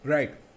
Right